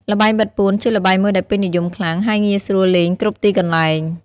ល្បែងបិទពួន ជាល្បែងមួយដែលពេញនិយមខ្លាំង ហើយងាយស្រួលលេងគ្រប់ទីកន្លែង។